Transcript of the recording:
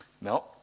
No